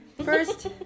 First